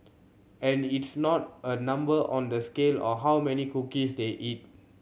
and it's not a number on the scale or how many cookies they eat